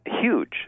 huge